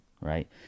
Right